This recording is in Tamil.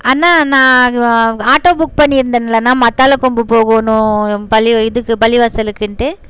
அண்ணா நான் ஆட்டோ புக் பண்ணி இருந்தேன்லேண்ணா மத்தாளகொம்பு போகணும் பள்ளி இதுக்கு பள்ளிவாசலுக்குன்ட்டு